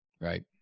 Right